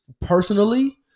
personally